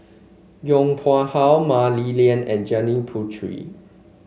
Yong Pung How Mah Li Lian and Janil Puthucheary